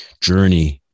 journey